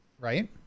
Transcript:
right